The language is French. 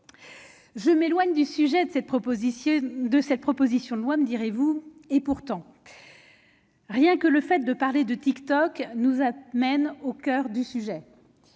Je m'éloigne du sujet de cette proposition de loi, me direz-vous ? Et pourtant ... Le seul fait d'évoquer TikTok nous amène au coeur du sujet